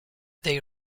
they